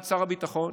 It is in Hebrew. אחד שר הביטחון